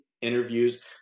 interviews